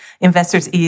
investors